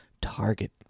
target